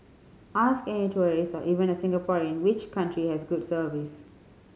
ask any tourist or even a Singaporean which country has good service